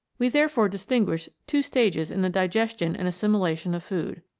we therefore distinguish two stages in the digestion and assimilation of food.